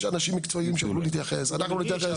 יש אנשים מקצועיים שיכולים להתייחס, אנחנו נתייחס.